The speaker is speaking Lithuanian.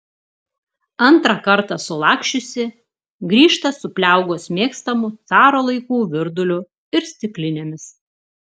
antrą kartą sulaksčiusi grįžta su pliaugos mėgstamu caro laikų virduliu ir stiklinėmis